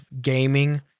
gaming